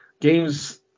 games